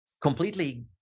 completely